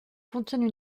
contiennent